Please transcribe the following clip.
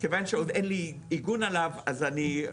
כיוון שעוד אין לי עיגון עליו אז אני,